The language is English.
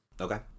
Okay